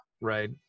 right